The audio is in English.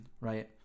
Right